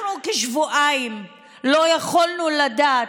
כשבועיים לא יכולנו לדעת,